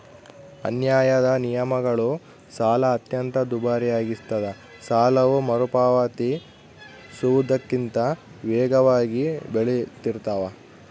ಅನ್ಯಾಯದ ನಿಯಮಗಳು ಸಾಲ ಅತ್ಯಂತ ದುಬಾರಿಯಾಗಿಸ್ತದ ಸಾಲವು ಮರುಪಾವತಿಸುವುದಕ್ಕಿಂತ ವೇಗವಾಗಿ ಬೆಳಿತಿರ್ತಾದ